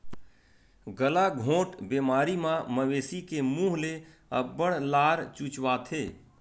गलाघोंट बेमारी म मवेशी के मूह ले अब्बड़ लार चुचवाथे